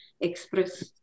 express